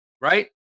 Right